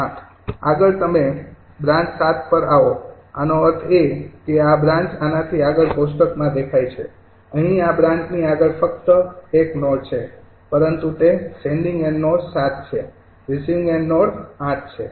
આગળ તમે બ્રાન્ચ ૭ પર આવો આનો અર્થ એ કે આ બ્રાન્ચ આનાથી આગળ કોષ્ટકમાં દેખાય છે અહીં આ બ્રાન્ચની આગળ ફક્ત ૧ નોડ છે પરંતુ તે સેંડિંગ એન્ડ નોડ ૭ છે રિસીવિંગ એન્ડ નોડ ૮ છે